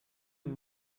une